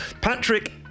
Patrick